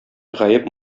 гаеп